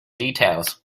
details